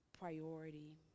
priority